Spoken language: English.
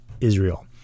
Israel